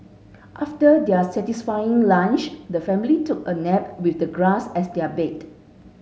after their satisfying lunch the family took a nap with the grass as their bed